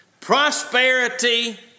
Prosperity